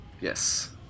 Yes